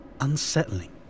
unsettling